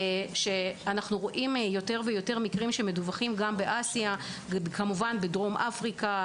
אנחנו רואים יותר ויותר מקרים שמדווחים גם באסיה וכמובן בדרום אפריקה,